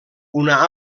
una